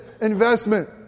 investment